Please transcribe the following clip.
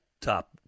top